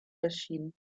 erschienen